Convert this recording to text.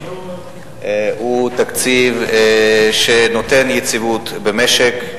הוא תקציב שנותן יציבות במשק,